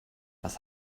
was